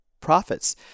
profits